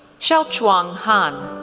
xiaochuang han,